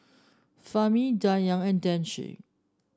Fahmi Dayang and Danish